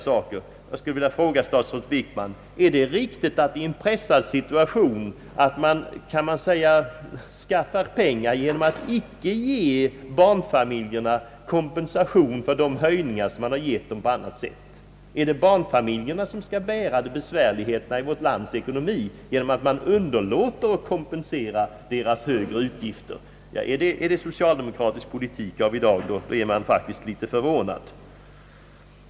skulle jag vilja fråga statsrådet Wickman: Är det riktigt att i en pressad situation skaffa pengar, så att säga, genom att icke ge barnfamiljerna kompensation för de höjningar dessa fått vidkännas på annat sätt? Är det barnfamiljerna, som skall bära vårt lands ekonomiska besvärligheter, genom att man underlåter att kompensera deras högre utgifter? Ja, är detta socialdemokratisk politik av i dag, då blir man faktiskt litet förvånad.